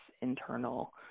internal